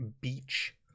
Beach